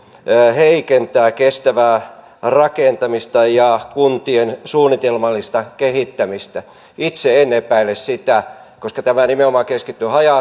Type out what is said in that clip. heikentää kestävää rakentamista ja kuntien suunnitelmallista kehittämistä itse en epäile sitä koska tämä nimenomaan keskittyy haja